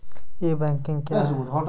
ई banking क्या हैं?